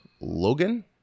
Logan